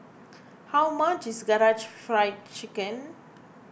how much is Karaage Fried Chicken